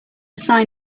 sign